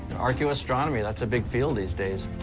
archaeoastronomy that's a big field these days.